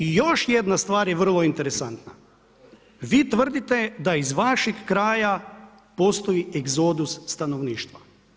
I još jedna stvar je vrlo interesantna, vi tvrdite da iz vašeg kraja postoji egzodus stanovništva.